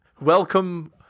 Welcome